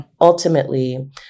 ultimately